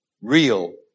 real